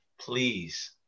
please